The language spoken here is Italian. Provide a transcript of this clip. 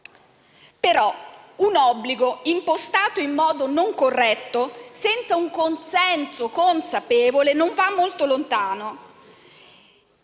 un obbligo impostato in modo non corretto, senza un consenso consapevole, non va molto lontano.